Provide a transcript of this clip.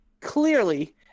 clearly